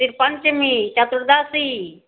फेर पञ्चमी चतुर्दशी